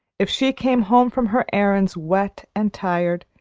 if she came home from her errands wet and tired,